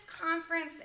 conference